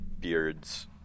beards